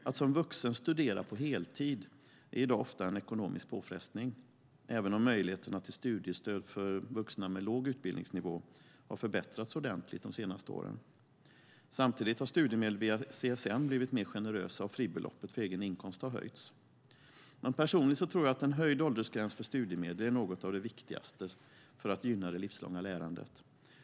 Att som vuxen studera på heltid är i dag ofta en ekonomisk påfrestning, även om möjligheterna till studiestöd för vuxna med låg utbildningsnivå förbättrats ordentligt de senaste åren. Samtidigt har studiemedel via CSN blivit mer generösa, och fribeloppet för egen inkomst har höjts. Personligen tror jag att en höjd åldersgräns för studiemedel är något av det viktigaste för att gynna det livslånga lärandet.